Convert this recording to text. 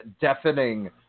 deafening